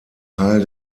teil